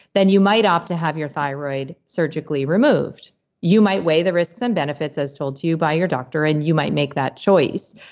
then you might opt to have your thyroid surgically removed you might weigh the risks and benefits as told to you by your doctor and you might make that choice.